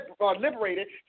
liberated